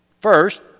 first